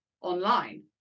online